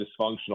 dysfunctional